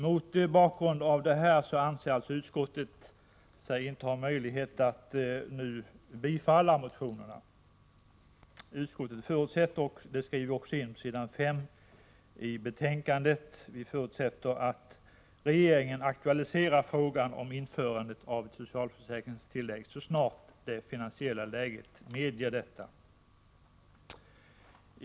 Mot bakgrund härav anser utskottet sig inte ha någon möjlighet att förorda bifall till motionerna. Utskottet förutsätter dock — det skriver vi på s. 5 i betänkandet — att regeringen aktualiserar frågan om införandet av ett socialförsäkringstillägg så snart det finansiella läget medger detta.